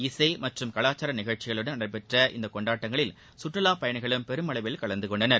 இசை மற்றும் கலாச்சார நிகழ்ச்சிகளுடன் நடைபெற்ற இந்த கொண்டாட்டங்களில் சுற்றுவாப் பயணிகளும் பெருமளவில் கலந்து கொண்டனர்